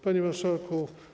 Panie Marszałku!